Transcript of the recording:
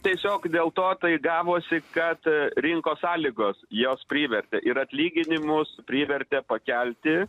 tiesiog dėl to tai gavosi kad rinkos sąlygos juos privertė ir atlyginimus privertė pakelti